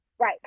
Right